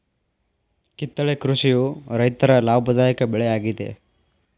ಕಿತ್ತಳೆ ಕೃಷಿಯ ರೈತರು ಲಾಭದಾಯಕ ಬೆಳೆ ಯಾಗಿದೆ